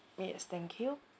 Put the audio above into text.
yes thank you